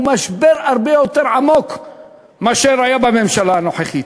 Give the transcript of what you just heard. משבר הרבה יותר עמוק מאשר בממשלה הנוכחית.